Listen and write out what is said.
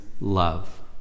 love